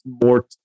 more